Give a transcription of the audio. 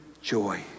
joy